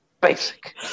basic